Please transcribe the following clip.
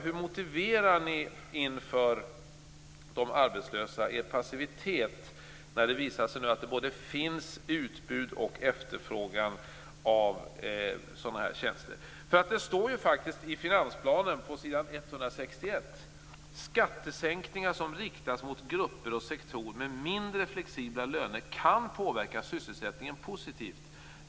Hur motiverar ni inför de arbetslösa er passivitet när det visar sig att det både finns ett utbud av och en efterfrågan på sådana tjänster? Det står faktiskt på s. 161 i finansplanen att skattesänkningar som riktas mot grupper och sektorer med mindre flexibla löner kan påverka sysselsättningen positivt.